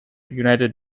united